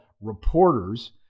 reporters